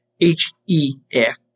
H-E-F